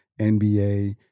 NBA